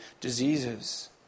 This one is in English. diseases